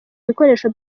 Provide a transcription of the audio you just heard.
ibikoresho